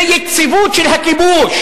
ויציבות של הכיבוש,